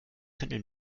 könnten